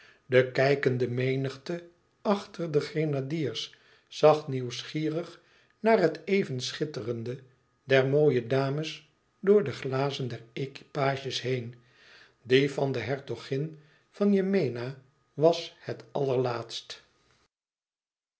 de kijkende menigte achter de grenadiers zag nieuwsgierig naar het even schitterende der mooie dames door de glazen der equipages heen die van de hertogin van yemena was het allerlaatst